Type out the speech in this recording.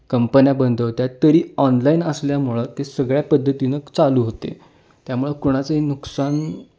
कंपन्या बंद होत्या तरी ऑनलाईन असल्यामुळं ते सगळ्या पद्धतीनं चालू होते त्यामुळं कोणाचंही नुकसान